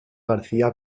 garcía